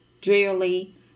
drearily